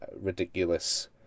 ridiculous